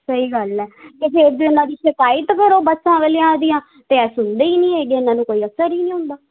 ਸਹੀ ਗੱਲ ਹੈ ਅਤੇ ਫਿਰ ਜੇ ਇਹਨਾਂ ਦੀ ਸ਼ਿਕਾਇਤ ਕਰੋ ਬੱਸਾਂ ਵਾਲਿਆਂ ਦੀਆਂ ਤਾਂ ਇਹ ਸੁਣਦੇ ਹੀ ਨਹੀਂ ਹੈਗੇ ਇਹਨਾਂ ਨੂੰ ਕੋਈ ਅਸਰ ਹੀ ਨਹੀਂ ਹੁੰਦਾ